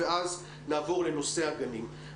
ואז נעבור לנושא הגנים.